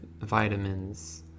vitamins